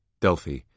Delphi